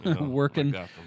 working